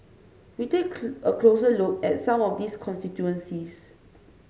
we take a closer look at some of these constituencies